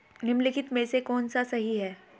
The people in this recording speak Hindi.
निम्नलिखित में से कौन सा सही है?